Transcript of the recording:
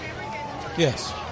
yes